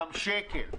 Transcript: גם שקל.